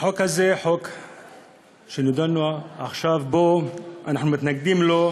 החוק הזה שדנים בו עכשיו, אנחנו מתנגדים לו,